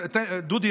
דודי,